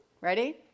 Ready